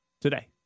today